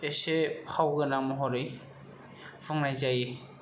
एसे फाव गोनां महरै बुंनाय जायो